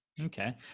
Okay